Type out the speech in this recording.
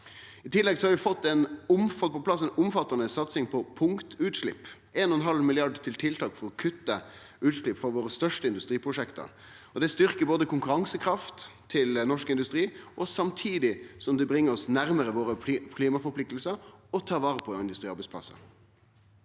I tillegg har vi fått på plass ei omfattande satsing som gjeld punktutslepp – 1,5 mrd. kr til tiltak for å kutte utsleppa frå våre største industriprosjekt. Det styrkjer konkurransekrafta til norsk industri, samtidig som det bringar oss nærmare våre klimaforpliktingar og tar vare på industriarbeidsplassar.